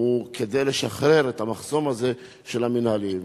הוא כדי לשחרר את המחסום הזה של המינהלי.